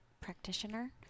practitioner